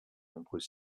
nombreux